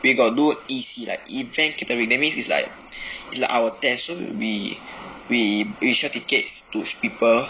they got do E C like event catering that means is like is like our test so we we we sell tickets to people